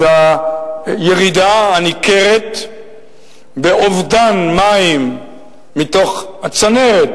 שחלה ירידה ניכרת באובדן מים מתוך הצנרת